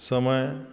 ਸਮੇਂ